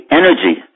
energy